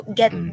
get